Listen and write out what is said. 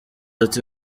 ati